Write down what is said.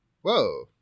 Whoa